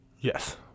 Yes